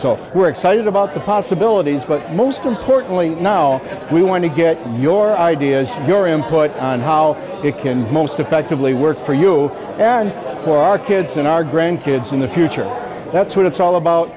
so we're excited about the possibilities but most importantly now we want to get your ideas your input on how it can most effectively work for you and for our kids and our grandkids in the future that's what it's all about